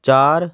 ਚਾਰ